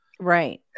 Right